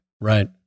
Right